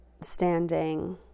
standing